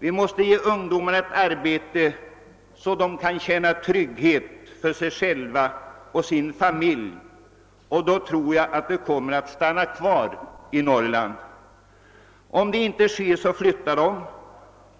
Vi måste ge ungdomarna ett sådant arbete att de känner trygghet för sig själva och sina familjer. Då tror jag att de kommer att stanna kvar i Norrland. Om detta inte sker flyttar de,